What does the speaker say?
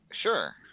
Sure